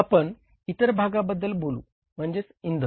आपण इतर भागाबद्दल बोलू म्हणजेच इंधन